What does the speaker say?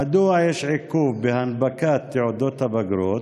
1. מדוע יש עיכוב בהנפקת תעודות הבגרות?